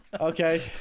Okay